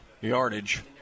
yardage